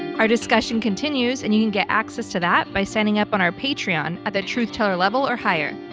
our discussion continues and you can get access to that by signing up on our patreon at the truth teller level or higher.